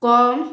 କମ୍